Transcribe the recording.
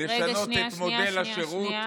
לשנות את מודל השירות, אין שר במליאה.